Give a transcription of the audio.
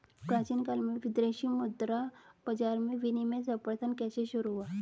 प्राचीन काल में विदेशी मुद्रा बाजार में विनिमय सर्वप्रथम कैसे शुरू हुआ?